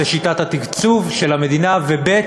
זה שיטת התקצוב של המדינה, ב.